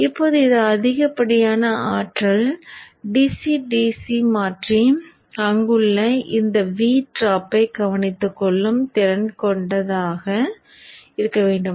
இப்போது இது அதிகப்படியான ஆற்றல் DC DC மாற்றி அங்குள்ள இந்த V டிராப்பைக் கவனித்துக்கொள்ளும் திறன் கொண்டதாக இருக்க வேண்டும்